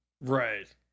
Right